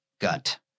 gut